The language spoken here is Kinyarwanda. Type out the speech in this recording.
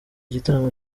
gitaramo